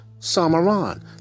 Samaran